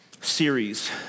series